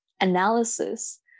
analysis